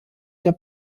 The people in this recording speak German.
der